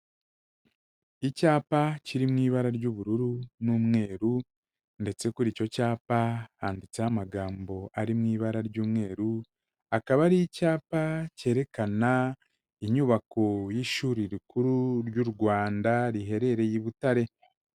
Icyapa kiri mu ibara ry'ubururu n'umweru ndetse kuri icyo cyapa handitseho amagambo ari mu ibara ry'umweru, akaba ari icyapa cyerekana inyubako y'ishuri rikuru ry'u Rwanda riherereye i Butare.